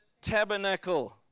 tabernacle